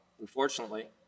unfortunately